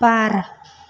बार